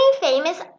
famous